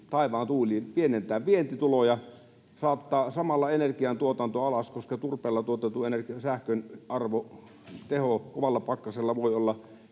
taivaan tuuliin, pienentää vientituloja, saattaa samalla energiantuotanto alas. Turpeella tuotetun energian, sähkön arvo, teho kovalla pakkasella voi olla